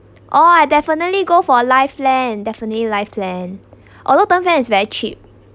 oh I definitely go for life plan definitely life plan although term plan is very cheap